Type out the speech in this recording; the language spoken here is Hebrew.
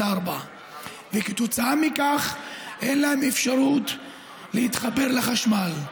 4. כתוצאה מכך אין להם אפשרות להתחבר לחשמל,